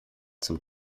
zum